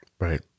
Right